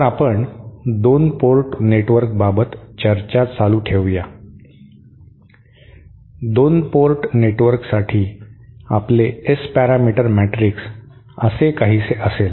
तर आपण 2 पोर्ट नेटवर्कबाबत चर्चा चालू ठेवू या 2 पोर्ट नेटवर्कसाठी आपले S पॅरामीटर मॅट्रिक्स असे काहीसे असेल